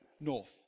north